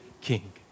king